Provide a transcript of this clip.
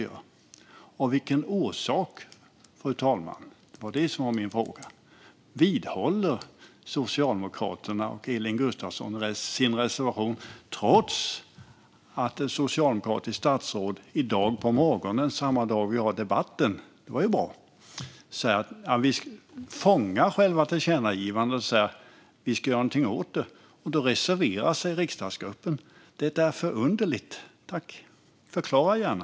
Min fråga var av vilken orsak, fru talman, som Socialdemokraterna och Elin Gustafsson vidhåller sin reservation, trots att ett socialdemokratiskt statsråd i dag på morgonen, samma dag som vi har denna debatt, vilket ju var bra, fångar själva tillkännagivandet och säger att man ska göra något åt det. Då reserverar sig riksdagsgruppen. Det är förunderligt. Förklara gärna!